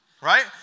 Right